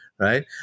Right